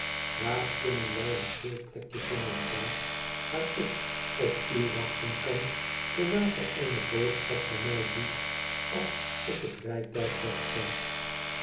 waar kunnen wij een stil plekje vinden pa waar ik op u wachten kan terwijl gij eene boodschap voor mij doet als ik het